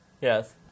Yes